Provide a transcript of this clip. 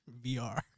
VR